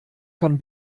van